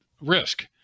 risk